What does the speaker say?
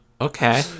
Okay